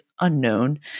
unknown